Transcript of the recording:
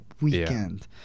weekend